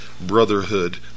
brotherhood